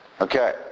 Okay